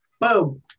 Boom